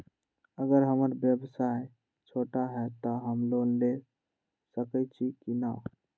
अगर हमर व्यवसाय छोटा है त हम लोन ले सकईछी की न?